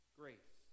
grace